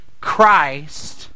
christ